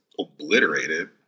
obliterated